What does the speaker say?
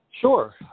Sure